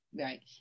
Right